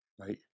Right